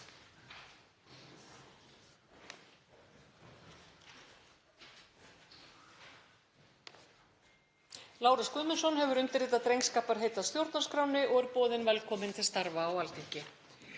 Lárus Guðmundsson hefur undirritað drengskaparheit að stjórnarskránni og er boðinn velkominn til starfa á Alþingi.